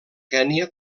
kenya